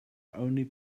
only